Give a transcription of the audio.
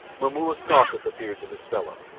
momulla scoffed at the fears of his fellow,